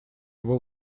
его